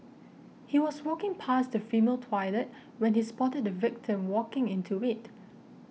he was walking past the female toilet when he spotted the victim walking into it